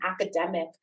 academic